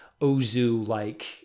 Ozu-like